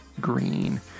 green